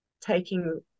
taking